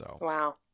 Wow